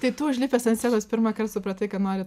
tai tu užlipęs ant scenos pirmąkart supratai ką nori